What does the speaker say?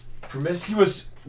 Promiscuous